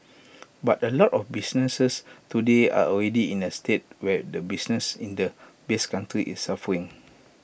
but A lot of businesses today are already in A state where the business in the base country is suffering